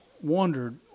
wondered